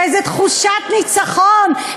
באיזו תחושת ניצחון.